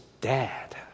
dad